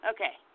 Okay